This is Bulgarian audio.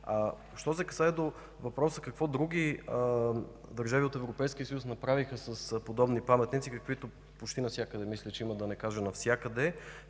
Що се касае до въпроса какво други държави от Европейския съюз направиха с подобни паметници, каквито почти навсякъде мисля, че има, да не кажа – навсякъде,